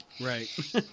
right